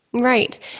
Right